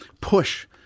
push